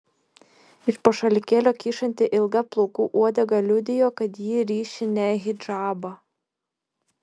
iš po šalikėlio kyšanti ilga plaukų uodega liudijo kad ji ryši ne hidžabą